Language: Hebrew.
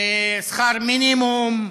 שכר מינימום,